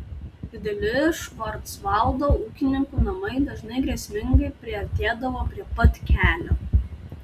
dideli švarcvaldo ūkininkų namai dažnai grėsmingai priartėdavo prie pat kelio